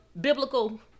biblical